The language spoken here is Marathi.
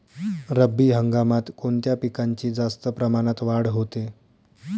रब्बी हंगामात कोणत्या पिकांची जास्त प्रमाणात वाढ होते?